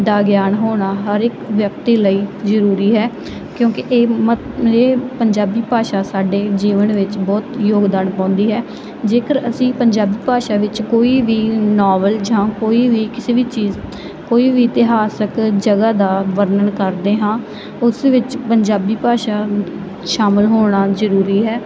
ਦਾ ਗਿਆਨ ਹੋਣਾ ਹਰ ਇੱਕ ਵਿਅਕਤੀ ਲਈ ਜ਼ਰੂਰੀ ਹੈ ਕਿਉਂਕਿ ਇਹ ਮ ਇਹ ਪੰਜਾਬੀ ਭਾਸ਼ਾ ਸਾਡੇ ਜੀਵਨ ਵਿੱਚ ਬਹੁਤ ਯੋਗਦਾਨ ਪਾਉਂਦੀ ਹੈ ਜੇਕਰ ਅਸੀਂ ਪੰਜਾਬੀ ਭਾਸ਼ਾ ਵਿੱਚ ਕੋਈ ਵੀ ਨੋਵਲ ਜਾਂ ਕੋਈ ਵੀ ਕਿਸੇ ਵੀ ਚੀਜ਼ ਕੋਈ ਵੀ ਇਤਿਹਾਸਿਕ ਜਗ੍ਹਾ ਦਾ ਵਰਣਨ ਕਰਦੇ ਹਾਂ ਉਸ ਵਿੱਚ ਪੰਜਾਬੀ ਭਾਸ਼ਾ ਸ਼ਾਮਿਲ ਹੋਣੀ ਜ਼ਰੂਰੀ ਹੈ